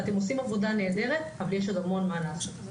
אתם עושים עבודה נהדרת, אבל יש עוד המון מה לעשות.